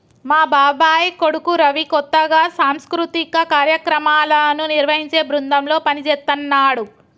మా బాబాయ్ కొడుకు రవి కొత్తగా సాంస్కృతిక కార్యక్రమాలను నిర్వహించే బృందంలో పనిజేత్తన్నాడు